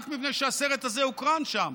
רק מפני שהסרט הזה הוקרן שם.